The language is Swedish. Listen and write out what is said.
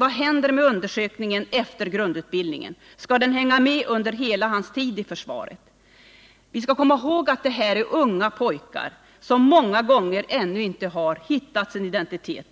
Vad händer med undersökningen efter grundutbildningen? Skall den hänga med under vederbörandes hela tid i försvaret? Vi skall komma ihåg att det är fråga om unga pojkar som många gånger ännu inte har hittat sin identitet.